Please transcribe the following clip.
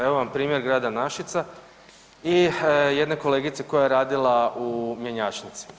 Evo vam primjer grada Našica i jedne kolegice koja je radila u mjenjačnici.